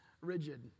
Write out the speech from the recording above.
rigid